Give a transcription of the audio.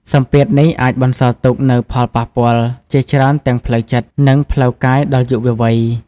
សម្ពាធនេះអាចបន្សល់ទុកនូវផលប៉ះពាល់ជាច្រើនទាំងផ្លូវចិត្ត និងផ្លូវកាយដល់យុវវ័យ ។